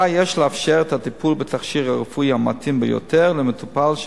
אזי יש לאפשר את הטיפול בתכשיר הרפואי המתאים ביותר למטופל,